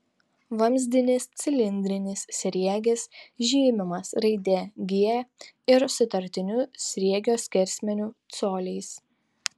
vamzdinis cilindrinis sriegis žymimas raide g ir sutartiniu sriegio skersmeniu coliais